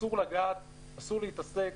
אסור לגעת, אסור להתעסק.